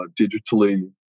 digitally